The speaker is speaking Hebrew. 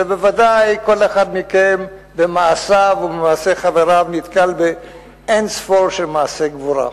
ובוודאי כל אחד מכם במעשיו ובמעשי חבריו נתקל באין-ספור מעשי גבורה.